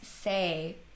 say